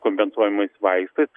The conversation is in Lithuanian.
tais kompensuojamais vaistais